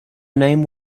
name